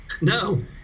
no